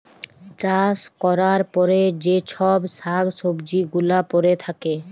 চাষ ক্যরার পরে যে চ্ছব শাক সবজি গুলা পরে থাক্যে